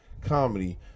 comedy